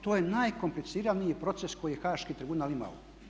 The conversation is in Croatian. To je najkompliciraniji proces koji je haški tribunal imao.